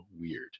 weird